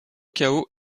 cao